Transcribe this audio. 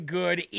good